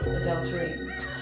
adultery